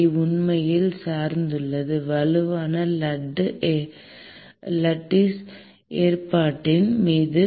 kl உண்மையில் சார்ந்துள்ளது வலுவாக லட்டு ஏற்பாட்டின் மீது